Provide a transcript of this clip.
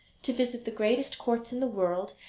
to visit the greatest courts in the world,